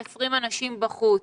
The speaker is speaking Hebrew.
20 אנשים בחוץ.